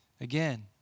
again